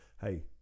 Hey